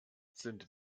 sind